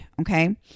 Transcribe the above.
Okay